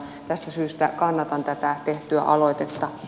tästä syystä kannatan tätä tehtyä aloitetta